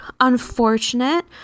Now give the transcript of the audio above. unfortunate